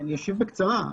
אני אשיב בקצרה.